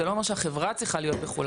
זה לא אומר שהחברה צריכה להיות בחו"ל.